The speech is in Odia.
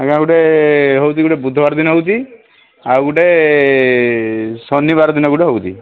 ଆଜ୍ଞା ଗୋଟେ ହେଉଛି ଗୋଟେ ବୁଧବାର ଦିନ ହେଉଛି ଆଉ ଗୋଟେ ଶନିବାର ଦିନ ଗୋଟେ ହେଉଛି